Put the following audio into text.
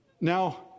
Now